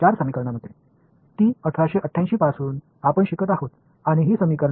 இந்த சமன்பாடுகள் ஏன் மிகவும் வெற்றிகரமாக இருந்தன என்பதை யாராவது யூகிக்க முடியுமா